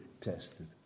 tested